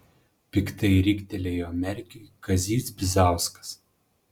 piktai riktelėjo merkiui kazys bizauskas